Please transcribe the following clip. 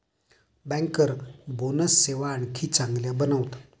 banker bonus सेवा आणखी चांगल्या बनवतात